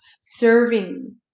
serving